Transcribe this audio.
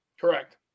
Correct